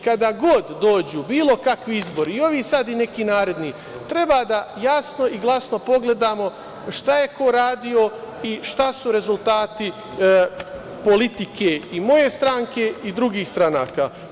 Kada god dođu bilo kakvi izbori, i ovi sada i neki naredni, treba da jasno i glasno pogledamo šta je ko radio i šta su rezultati politike i moje stranke i drugih stranaka.